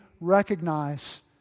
recognize